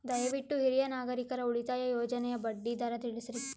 ದಯವಿಟ್ಟು ಹಿರಿಯ ನಾಗರಿಕರ ಉಳಿತಾಯ ಯೋಜನೆಯ ಬಡ್ಡಿ ದರ ತಿಳಸ್ರಿ